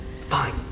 fine